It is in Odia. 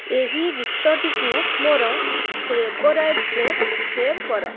ଏହି ଗୀତଟିକୁ ମୋର ଫେଭରାଇଟ୍ସ୍ରେ ସେଭ୍ କର